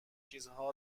چیزها